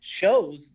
shows